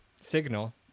Signal